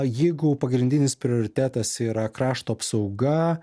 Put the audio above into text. jeigu pagrindinis prioritetas yra krašto apsauga